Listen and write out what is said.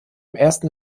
ersten